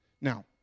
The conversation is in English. Now